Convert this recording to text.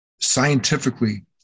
scientifically